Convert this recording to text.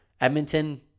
Edmonton